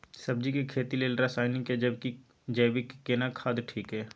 सब्जी के खेती लेल रसायनिक या जैविक केना खाद ठीक ये?